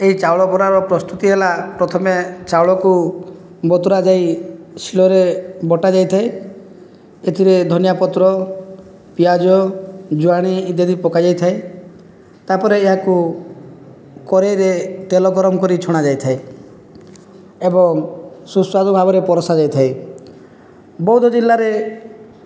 ଏହି ଚାଉଳ ବରାର ପ୍ରସ୍ତୁତି ହେଲା ପ୍ରଥମେ ଚାଉଳକୁ ବତୁରା ଯାଇ ଶିଳରେ ବଟାଯାଇଥାଏ ଏଥିରେ ଧନିଆ ପତ୍ର ପିଆଜ ଜୁଆଣି ଇତ୍ୟାଦି ପକାଯାଇଥାଏ ତା'ପରେ ଏହାକୁ କଡ଼େଇରେ ତେଲ ଗରମ କରି ଛଣା ଯାଇଥାଏ ଏବଂ ସୁସ୍ଵାଦୁ ଭାବରେ ପରଷା ଯାଇଥାଏ ବଉଦ ଜିଲ୍ଲାରେ